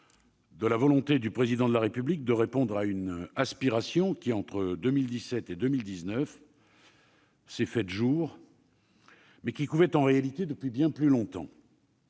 de la volonté du Président de la République de répondre à une aspiration apparue entre 2017 et 2019, mais qui couvait en réalité depuis bien plus longtemps